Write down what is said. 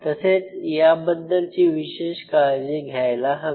तसेच याबद्दलची विशेष काळजी घ्यायला हवी